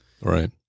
Right